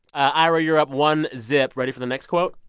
ira, you're up one, zip. ready for the next quote?